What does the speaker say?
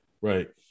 right